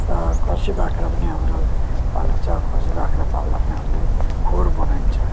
र खसी बाख्रा पनि हाम्रो पालिन्छ खसी बाख्रा पाल्दा पनि हामीले खोर बनाइन्छ